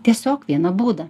tiesiog vieną būdą